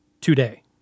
today